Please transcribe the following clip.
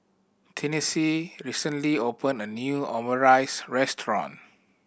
Tennessee recently opened a new Omurice Restaurant